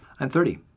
i'm thirty.